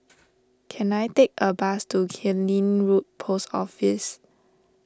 can I take a bus to Killiney Road Post Office